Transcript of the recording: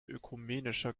ökumenischer